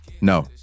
No